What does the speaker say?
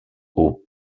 aux